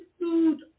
food